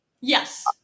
yes